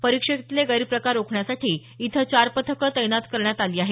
परीक्षेतले गैरप्रकार रोखण्यासाठी इथं चार पथकं तैनात करण्यात आली आहेत